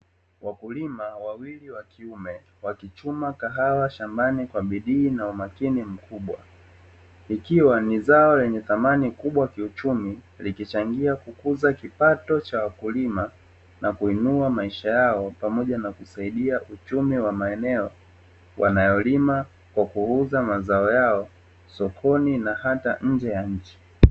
Wakulima wawili wa kiume wakichuma kahawa shambani kwa bidii na umakini mkubwa, ikiwa ni zao lenye thamani kubwa kiuchumi likichangia kukuza kipato cha wakulima, na kuinua maisha yao pamoja na kusaidia uchumi wa maeneo wanayolima kwa kuuza mazao yao sokoni na hata nje ya nchi.